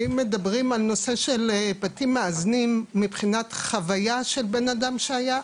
ואם מדברים על נושא של בתים מאזנים מבחינת חוויה של בן אדם שהיה,